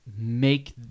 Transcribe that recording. make